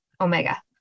omega